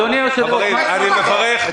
על מה אתה מדבר עכשיו?